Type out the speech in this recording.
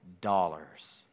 dollars